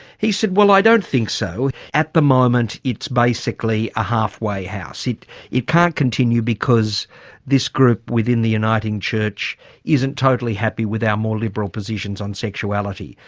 he said, well i don't think so at the moment it's basically a halfway house. it it can't continue because this group within the uniting church isn't totally happy with our more liberal positions on sexuality.